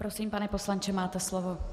Prosím, pane poslanče, máte slovo.